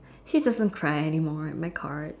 please just don't cry anymore at my card